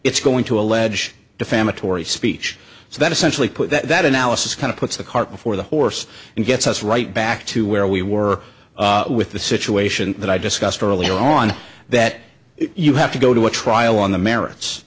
it's going to allege defamatory speech so that essentially put that analysis kind of puts the cart before the horse and gets us right back to where we were or with the situation that i discussed earlier on that you have to go to a trial on the merits